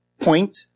point